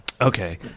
Okay